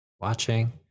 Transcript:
watching